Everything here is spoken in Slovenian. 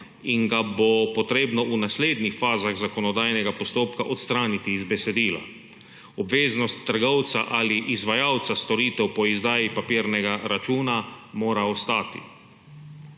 in ga bo potrebno v naslednjih fazah zakonodajnega postopka odstraniti iz besedila. Obveznost trgovca ali izvajalca storitev po izdaji papirnega računa mora ostati.